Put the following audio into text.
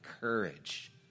courage